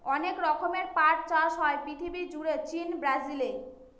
অনেক রকমের পাট চাষ হয় পৃথিবী জুড়ে চীন, ব্রাজিলে